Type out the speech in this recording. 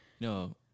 No